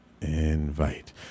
invite